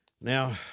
Now